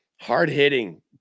hard-hitting